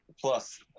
Plus